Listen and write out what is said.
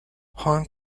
hwang